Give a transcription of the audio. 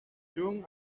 trump